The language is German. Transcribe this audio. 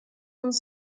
uns